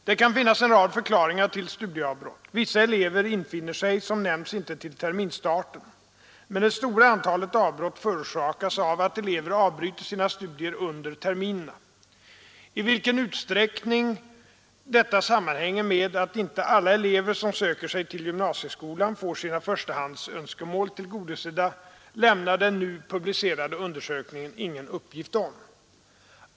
Det kan finnas en rad förklaringar till studieavbrott. Vissa elever infinner sig som nämnts inte till terminsstarten. Men det stora antalet avbrott förorsakas av att elever avbryter sina studier under terminerna. I vilken utsträckning detta sammanhänger med att inte alla elever som söker till gymnasieskolan får sina förstahandsönskemål tillgodosedda lämnar den nu publicerade undersökningen ingen uppgift om.